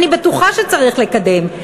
אני בטוחה שצריך לקדם,